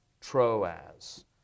Troas